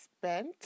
spent